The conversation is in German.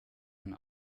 man